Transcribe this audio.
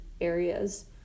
areas